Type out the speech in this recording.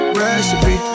recipe